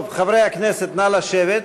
טוב, חברי הכנסת נא לשבת,